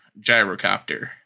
gyrocopter